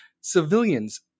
Civilians